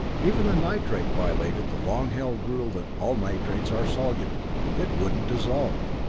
even the nitrate violated the long-held rule that all nitrates are soluble it wouldn't dissolve.